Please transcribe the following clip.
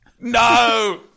No